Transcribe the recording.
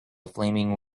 flaming